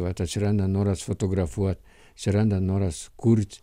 vat atsiranda noras fotografuot atsiranda noras kurt